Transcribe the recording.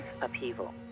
upheaval